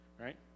right